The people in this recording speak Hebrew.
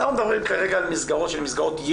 אנחנו מדברים על מסגרות ייעודיות